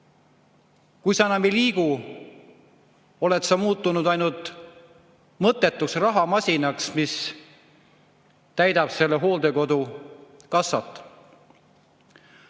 Kui sa enam ei liigu, oled sa muutunud ainult mõttetuks rahamasinaks, mis täidab selle hooldekodu kassat.